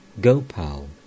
Gopal